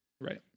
Right